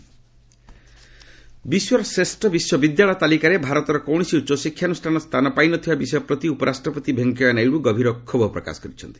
VP ୟୁନିଭରସିଟିଜି ବିଶ୍ୱର ଶ୍ରେଷ୍ଠ ବିଶ୍ୱବିଦ୍ୟାଳୟ ତାଲିକାରେ ଭାରତର କୌଣସି ଉଚ୍ଚଶିକ୍ଷାନୁଷ୍ଠାନ ସ୍ଥାନ ପାଇନଥିବା ବିଷୟ ପ୍ରତି ଉପରାଷ୍ଟ୍ରପତି ଭେଙ୍କିୟାନାଇଡୁ ଗଭୀର କ୍ଷୋଭ ପ୍ରକାଶ କରିଛନ୍ତି